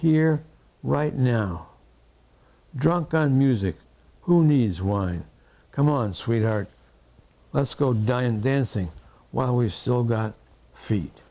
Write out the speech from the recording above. here right now drunk on music who needs wine come on sweetheart let's go die and dancing while we still got feet